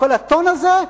הטון הזה,